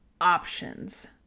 options